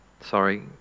Sorry